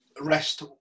Rest